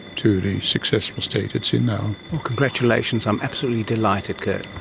to the successful state it's in now. well congratulations, i'm absolutely delighted kurt.